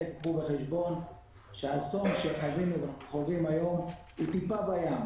קחו בחשבון שהאסון שאנחנו חווים היום הוא טיפה בים.